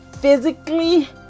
physically